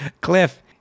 Cliff –